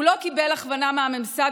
הוא לא קיבל הכוונה מהממסד,